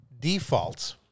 defaults